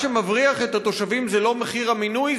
מה שמבריח את התושבים זה לא מחיר המינוי,